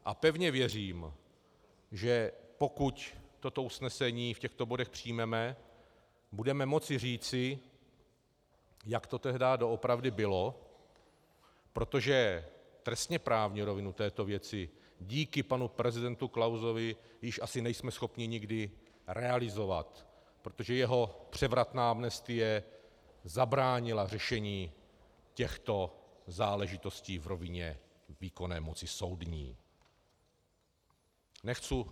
A pevně věřím, že pokud toto usnesení v těchto bodech přijmeme, budeme moci říci, jak to tehdy doopravdy bylo, protože trestněprávní rovinu této věci díky panu prezidentu Klausovi již asi nejsme schopni nikdy realizovat, protože jeho převratná amnestie zabránila řešení těchto záležitostí v rovině výkonné moci soudní.